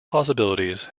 possibilities